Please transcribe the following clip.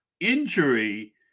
Injury